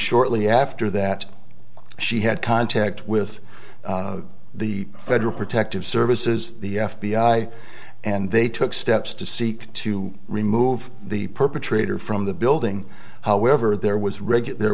shortly after that she had contact with the federal protective services the f b i and they took steps to seek to remove the perpetrator from the building however there was